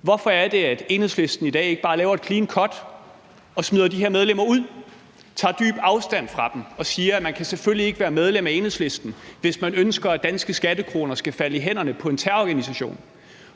Hvorfor er det, at Enhedslisten i dag ikke bare laver et clean cut og smider de her medlemmer ud, tager dyb afstand fra dem og siger, at man selvfølgelig ikke kan være medlem af Enhedslisten, hvis man ønsker, at danske skattekroner skal falde i hænderne på en terrororganisation?